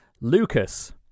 Lucas